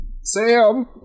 Sam